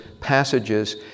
passages